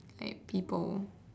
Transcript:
like people